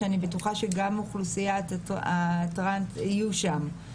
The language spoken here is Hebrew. שאני בטוחה שגם אוכלוסיית הטרנס יהיו שם.